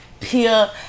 Peel